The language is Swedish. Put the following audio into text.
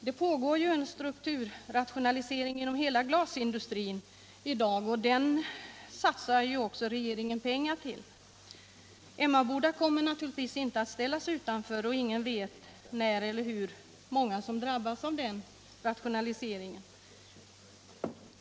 Det pågår i dag en strukturrationalisering inom hela glasindustrin. Regeringen satsar också pengar på denna strukturrationalisering. Emmaboda kommer naturligtvis inte att ställas utanför, och ingen vet hur många som kommer att drabbas av den rationaliseringen och när det kommer att ske.